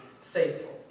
faithful